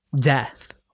death